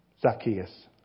Zacchaeus